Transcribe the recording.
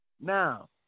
Now